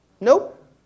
Nope